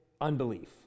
unbelief